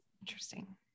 interesting